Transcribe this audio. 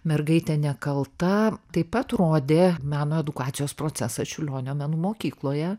mergaitė nekalta taip pat rodė meno edukacijos procesą čiurlionio menų mokykloje